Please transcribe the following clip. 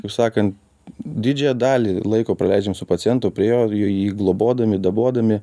kaip sakant didžiąją dalį laiko praleidžiam su pacientu prie jo jį globodami dabodami